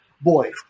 boy